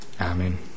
Amen